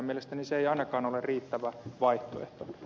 mielestäni se ei ainakaan ole riittävä vaihtoehto